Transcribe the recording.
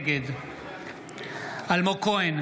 נגד אלמוג כהן,